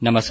नमस्कार